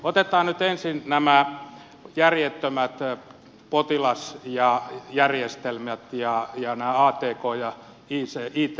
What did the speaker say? otetaan nyt ensin nämä järjettömät potilasjärjestelmät ja nämä atk ja it asiat